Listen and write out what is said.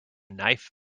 knife